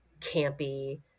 campy